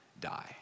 die